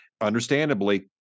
understandably